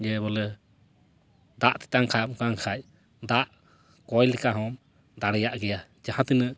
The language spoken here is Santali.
ᱡᱮᱵᱚᱞᱮ ᱫᱟᱜ ᱛᱮᱛᱟᱝ ᱠᱷᱟᱱ ᱫᱟᱜ ᱛᱮᱛᱟᱝ ᱠᱷᱟᱱ ᱫᱟᱜ ᱠᱚᱭ ᱞᱮᱠᱟ ᱦᱚᱢ ᱫᱟᱲᱮᱭᱟᱜ ᱜᱮᱭᱟ ᱡᱟᱦᱟᱸ ᱛᱤᱱᱟᱹᱜ